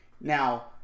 Now